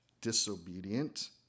disobedient